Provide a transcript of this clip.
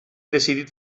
decidit